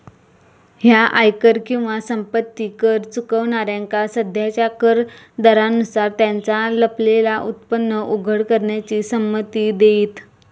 ह्या आयकर किंवा संपत्ती कर चुकवणाऱ्यांका सध्याच्या कर दरांनुसार त्यांचा लपलेला उत्पन्न उघड करण्याची संमती देईत